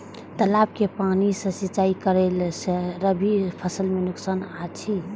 तालाब के पानी सँ सिंचाई करला स रबि फसल के नुकसान अछि?